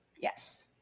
yes